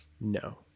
No